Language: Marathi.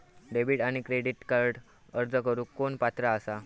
डेबिट आणि क्रेडिट कार्डक अर्ज करुक कोण पात्र आसा?